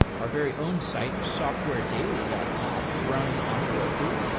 our very own site, softwaredaily dot com, runs on heroku.